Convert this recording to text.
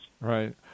Right